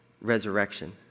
resurrection